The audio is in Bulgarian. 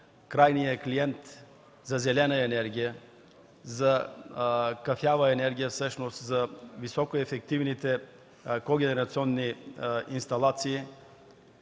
крайният клиент за зелена енергия, за кафява енергия, всъщност за високоефективните когенерационни инсталации,